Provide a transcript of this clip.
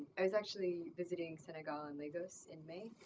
i was actually visiting saigon amigos in may,